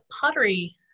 pottery